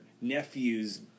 nephew's